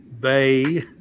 Bay